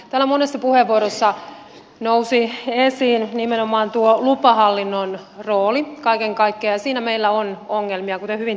täällä monessa puheenvuorossa nousi esiin nimenomaan tuo lupahallinnon rooli kaiken kaikkiaan ja siinä meillä on ongelmia kuten hyvin tiedetään